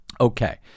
Okay